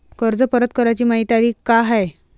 कर्ज परत कराची मायी तारीख का हाय?